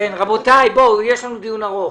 רבותיי, יש לנו דיון ארוך.